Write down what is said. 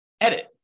edit